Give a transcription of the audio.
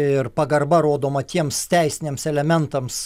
ir pagarba rodoma tiems teisiniams elementams